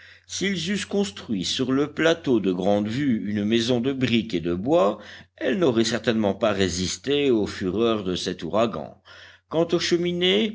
s'ils eussent construit sur le plateau de grande vue une maison de briques et de bois elle n'aurait certainement pas résisté aux fureurs de cet ouragan quant aux cheminées